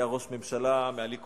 היה ראש ממשלה מהליכוד,